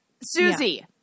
Susie